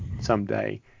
someday